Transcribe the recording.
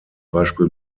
beispiel